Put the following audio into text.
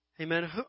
amen